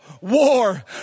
war